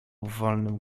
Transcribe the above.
wolnym